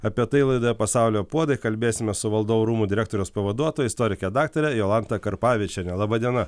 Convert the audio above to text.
apie tai laidoje pasaulio puodai kalbėsime su valdovų rūmų direktoriaus pavaduotoj istorike daktare jolanta karpavičiene laba diena